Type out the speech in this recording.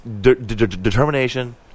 determination